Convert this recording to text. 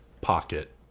Pocket